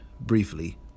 briefly